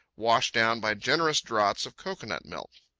washed down by generous draughts of cocoanut milk.